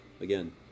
Again